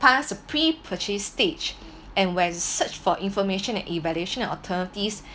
pass a pre-purchase stage and when search for information and evaluation and alternatives